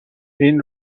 این